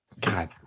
God